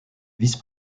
vice